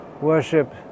worship